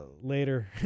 later